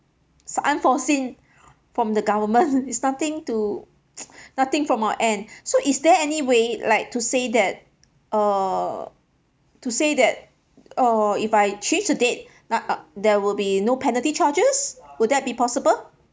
unforeseen from the government it's nothing to nothing from our end so is there any way like to say that uh to say that or if I change the date uh uh there will be no penalty charges would that be possible